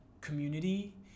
community